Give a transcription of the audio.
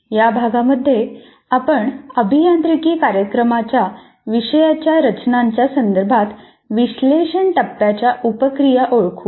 या भागामध्ये आपण अभियांत्रिकी कार्यक्रमांच्या विषयांच्या रचनांच्या संदर्भात विश्लेषण टप्प्याच्या उप प्रक्रिया ओळखू